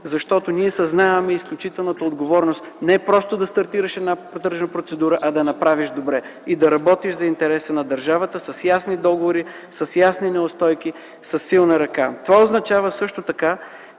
Защото ние съзнаваме изключителната отговорност не просто да стартираш една тръжна процедура, а да я направиш добре и да работиш за интереса на държавата – с ясни договори, с ясни неустойки, със силна ръка. Това означава също така,